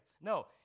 No